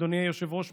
אדוני היושב-ראש,